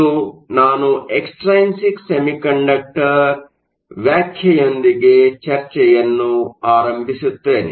ಇಂದು ನಾನು extrinsic semiconductor ವ್ಯಾಖ್ಯೆಯೊಂದಿಗೆ ಚರ್ಚೆಯನ್ನು ಆರಂಭಿಸುತ್ತೇನೆ